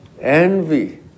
Envy